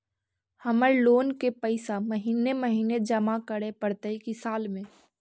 हमर लोन के पैसा महिने महिने जमा करे पड़तै कि साल में?